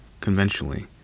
Conventionally